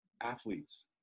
athletes